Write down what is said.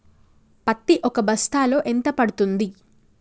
పత్తి ఒక బస్తాలో ఎంత పడ్తుంది?